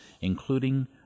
including